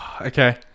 okay